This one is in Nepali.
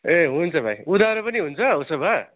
ए हुन्छ भाइ उधारो पनि हुन्छ उसो भए